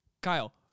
Kyle